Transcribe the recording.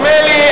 נדמה לי,